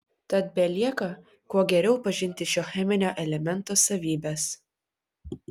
tad belieka kuo geriau pažinti šio cheminio elemento savybes